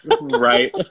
Right